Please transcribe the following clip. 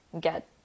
get